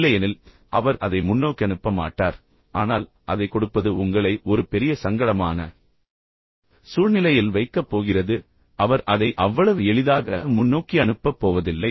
இல்லையெனில் அவர் அதை முன்னோக்கி அனுப்ப மாட்டார் ஆனால் த கொடுப்பது உங்களை ஒரு பெரிய சங்கடமான சூழ்நிலையில் வைக்கப் போகிறது ஏனெனில் அவர் அதை அவ்வளவு எளிதாக முன்னோக்கி அனுப்பப் போவதில்லை